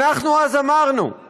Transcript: אמרנו אז